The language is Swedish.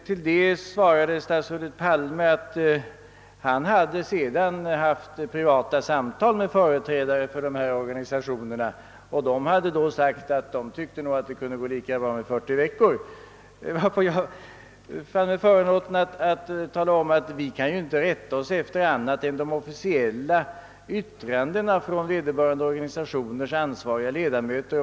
Till detta svarade statsrådet Palme, att han sedan hade haft privata samtal med företrädare för dessa organisationer; de hade då sagt, att de nog tyckte att det kunde gå lika bra med 40 veckors läsår. Jag fann mig då föranlåten att tala om, att vi ju inte kunde rätta oss efter annat än de officiella yttrandena från vederbörande organisationers ansvariga styrelser.